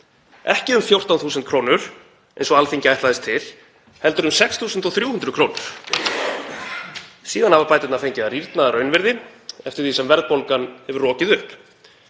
ekki um 14.000 kr. eins og Alþingi ætlaðist til heldur um 6.300 kr. Síðan hafa bæturnar fengið að rýrna að raunvirði eftir því sem verðbólgan hefur rokið upp.